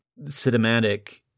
cinematic